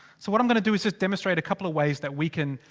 so what i'm gonna do is just demonstrate a couple of ways that we can.